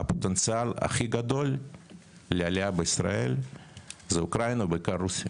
הפוטנציאל הכי גדול לעלייה בישראל זה אוקראינה ובעיקר רוסיה.